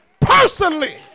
personally